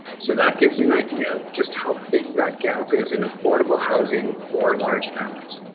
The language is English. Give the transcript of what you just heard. so that gives you an idea of just how big that gap is in affordable housing for large families.